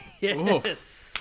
Yes